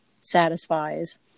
satisfies